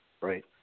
Right